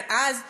כן, אז.